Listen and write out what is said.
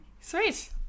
Sweet